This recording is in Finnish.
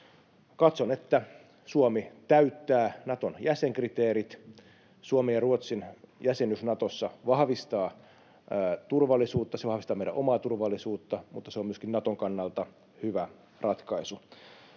Katson, että Suomi täyttää Naton jäsenkriteerit. Suomen ja Ruotsin jäsenyys Natossa vahvistaa turvallisuutta. Se vahvistaa meidän omaa turvallisuutta, mutta se on myöskin Naton kannalta hyvä ratkaisu.